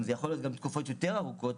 ואולי גם תקופות יותר ארוכות,